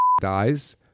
dies